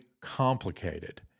complicated